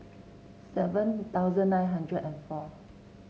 seven thousand nine hundred and four